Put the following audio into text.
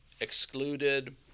excluded